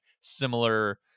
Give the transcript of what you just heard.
similar